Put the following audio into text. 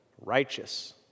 righteous